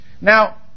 Now